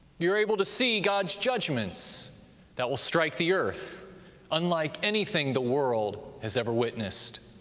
you're able to see god's judgments that will strike the earth unlike anything the world has ever witnessed.